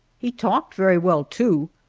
he talked very well, too,